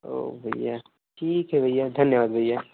वो भैया ठीक है भैया धन्यवाद भैया